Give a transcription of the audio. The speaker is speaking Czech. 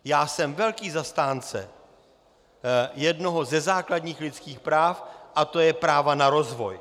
Já jsem velký zastánce jednoho ze základních lidských práv, a to je práva na rozvoj.